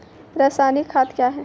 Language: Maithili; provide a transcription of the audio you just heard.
रसायनिक खाद कया हैं?